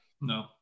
No